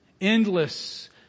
endless